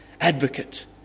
advocate